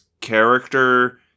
character